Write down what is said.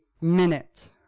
Minute